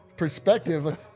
perspective